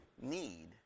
need